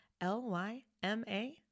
L-Y-M-A